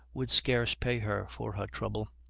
would scarce pay her for her trouble.